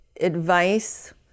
advice